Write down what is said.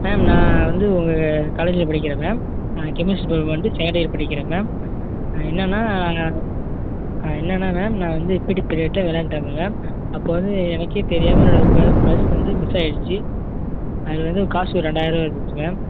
ma'am நான் வந்து உங்கள் காலேஜில் படிக்கிறேன் மேம் நான் கெமிஸ்ட்ரி டிப்பார்ட்மெண்ட்டு செகெண்ட் இயர் படிக்கிறேன் மேம் என்னென்னா என்னென்னா மேம் நான் வந்து பிடி பீரியட்டில் விளாண்டுட்டு இருந்தேன் மேம் அப்போது வந்து எனக்கே தெரியாமல் என்னோட ப பர்ஸ் வந்து மிஸ் ஆகிடுச்சு அதில் வந்து காசு ஒரு ரெண்டாயிரம் ரூபா இருந்துச்சு மேம்